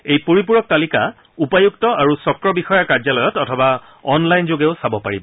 এই পৰিপুৰক তালিকা উপায়ুক্ত আৰু চক্ৰ বিষয়াৰ কাৰ্যালয়ত অথবা অন লাইন যোগেও চাব পাৰিব